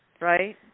right